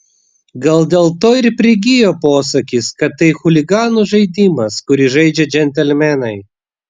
gal dėl to ir prigijo posakis kad tai chuliganų žaidimas kurį žaidžia džentelmenai